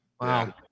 Wow